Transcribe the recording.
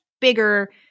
bigger